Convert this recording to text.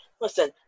listen